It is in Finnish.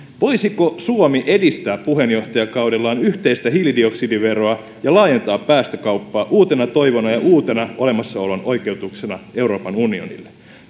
voisiko suomi edistää puheenjohtajakaudellaan yhteistä hiilidioksidiveroa ja laajentaa päästökauppaa uutena toivona ja uutena olemassaolon oikeutuksena euroopan unionille